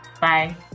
Bye